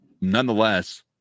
nonetheless